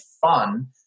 fun